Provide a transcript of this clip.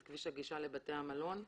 את כביש הגישה לבתי המלון.